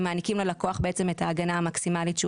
ומעניקים ללקוח את ההגנה המקסימלית שהוא